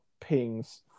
pings